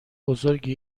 بزرگی